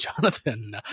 jonathan